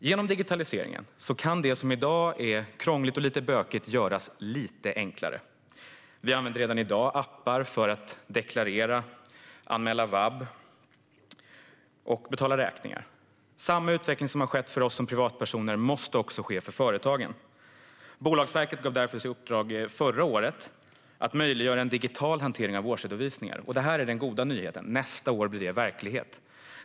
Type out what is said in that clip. Genom digitaliseringen kan det som i dag är krångligt och lite bökigt göras lite enklare. Vi använder redan i dag appar för att deklarera, anmäla vab och betala räkningar. Samma utveckling som har skett för oss som privatpersoner måste också ske för företagen. Bolagsverket gavs därför förra året i uppdrag att möjliggöra en digital hantering av årsredovisningar. Och här är den goda nyheten: Nästa år blir det verklighet!